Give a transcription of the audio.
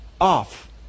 off